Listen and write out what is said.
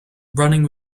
running